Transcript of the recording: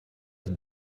have